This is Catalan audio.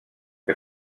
que